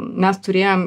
mes turėjom